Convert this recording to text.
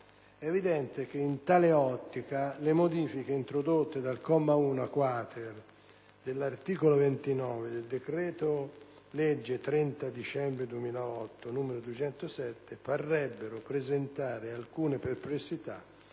È evidente che in tale ottica le modifiche introdotte dal comma 1-*quater* dell'articolo 29 del decreto-legge 30 dicembre 2008, n. 207 parrebbero presentare alcune perplessità,